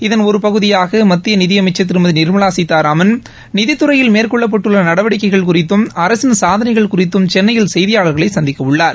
இதன் ஒரு பகுதியாக மத்திய நிதி அமைச்ச் திருமதி நிர்மவா சீதாராமன் நிதித்துறையில் மேற்கொள்ளப்பட்டுள்ள நடவடிக்கைகள் குறித்தும் அரசின் சாதளைகள் குறித்தும் சென்னையில் செய்தியாளர்களை சந்திக்கவுள்ளார்